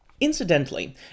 Incidentally